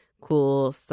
cool